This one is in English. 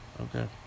Okay